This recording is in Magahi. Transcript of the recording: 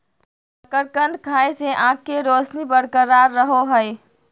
शकरकंद खाय से आंख के रोशनी बरकरार रहो हइ